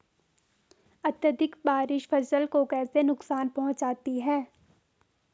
अत्यधिक बारिश फसल को कैसे नुकसान पहुंचाती है?